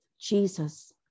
Jesus